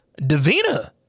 Davina